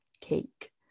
cake